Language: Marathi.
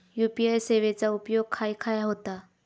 यू.पी.आय सेवेचा उपयोग खाय खाय होता?